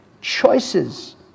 choices